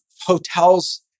hotels